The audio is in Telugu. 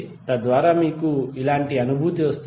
తద్వారా మీకు ఇలాంటి అనుభూతి వస్తుంది